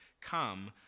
Come